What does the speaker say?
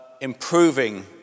improving